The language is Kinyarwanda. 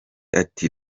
ati